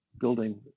building